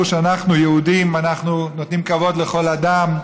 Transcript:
שאנחנו יהודים ואנחנו נותנים כבוד לכל אדם,